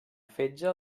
fetge